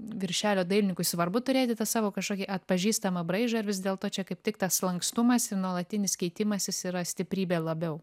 viršelio dailininkui svarbu turėti tą savo kažkokį atpažįstamą braižą ar vis dėlto čia kaip tik tas lankstumas ir nuolatinis keitimasis yra stiprybė labiau